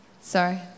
Sorry